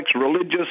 religious